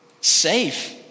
Safe